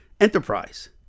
enterprise